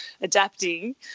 adapting